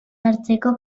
hartzeko